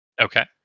Okay